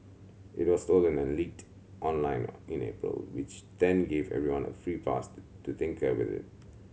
it was stolen and leaked online in April which then gave anyone a free passed to tinker with it